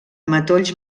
matolls